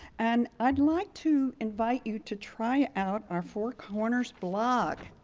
and i'd like to invite you to try out our four corners blog.